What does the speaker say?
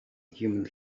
human